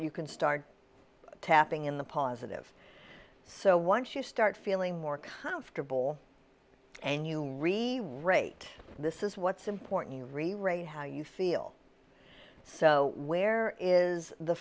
you can start tapping in the positive so once you start feeling more confortable and you rate this is what's important you re re how you feel so where is the